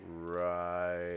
right